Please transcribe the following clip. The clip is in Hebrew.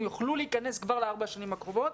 יוכלו להיכנס כבר לארבע השנים הקרובות.